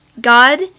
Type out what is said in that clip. God